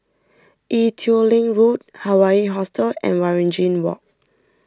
Ee Teow Leng Road Hawaii Hostel and Waringin Walk